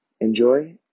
enjoy